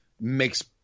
makes